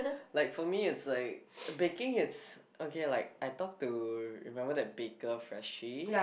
like for me it's like baking it's okay like I talk to remember that baker freshie